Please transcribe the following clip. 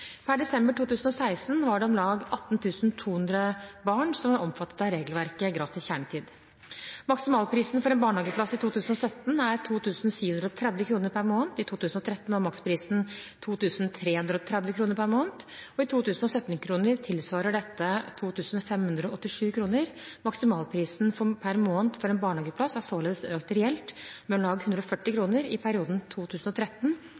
Per desember 2016 var det om lag 18 200 barn som var omfattet av regelverket for gratis kjernetid. Maksimalprisen for en barnehageplass i 2017 er 2 730 kr per måned. I 2013 var maksprisen 2 330 kr per måned. I 2017-kroner tilsvarer dette 2 587 kr. Maksprisen per måned for en barnehageplass er således økt reelt med om lag 140